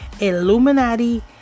Illuminati